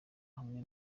hamwe